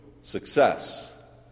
success